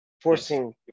forcing